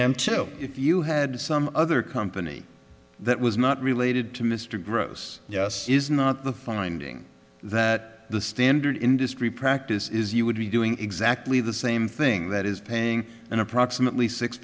to you had some other company that was not related to mr gross is not the finding that the standard industry practice is you would be doing exactly the same thing that is paying an approximately six